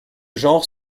genre